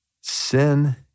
Sin